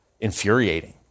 infuriating